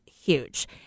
huge